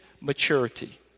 maturity